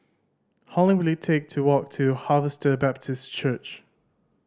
how long will it take to walk to Harvester Baptist Church